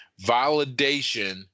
validation